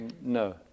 No